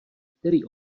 který